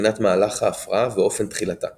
מבחינת מהלך ההפרעה ואופן תחילתה